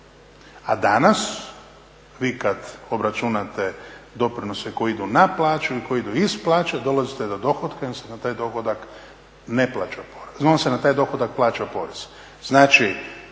A danas, vi kad obračunate doprinose koji idu na plaću ili koji idu iz plaće, dolazite do dohotka i onda se na taj dohodak ne plaća porez, on